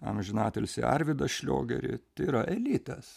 amžinatilsį arvydą šliogerį tai yra elitas